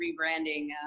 rebranding